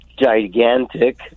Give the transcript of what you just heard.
gigantic